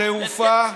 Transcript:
תעופה,